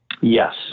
Yes